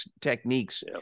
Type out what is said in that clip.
techniques